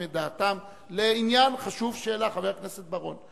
את דעתם לעניין החשוב שהעלה חבר הכנסת בר-און.